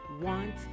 want